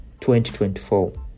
2024